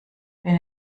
wenn